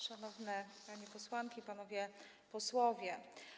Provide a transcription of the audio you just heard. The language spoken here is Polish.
Szanowne Panie Posłanki i Panowie Posłowie!